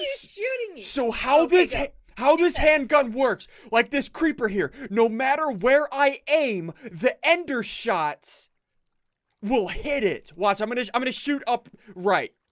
shooting? so how good how does handgun works like this creeper here? no matter where i aim the ender shots will hit it watch. i'm gonna. i'm gonna shoot up, right?